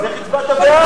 אז איך הצבעת בעד?